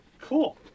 Cool